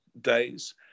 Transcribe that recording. days